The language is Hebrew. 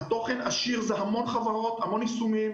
התוכן עשיר יש המון חברות, המון יישומים